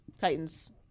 Titans